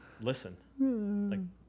Listen